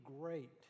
great